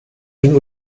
den